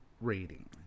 rating